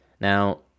now